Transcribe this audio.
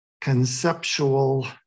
conceptual